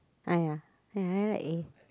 ah ya I like eh